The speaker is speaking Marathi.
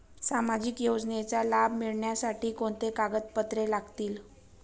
सामाजिक योजनेचा लाभ मिळण्यासाठी कोणती कागदपत्रे लागतील?